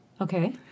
Okay